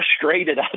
frustrated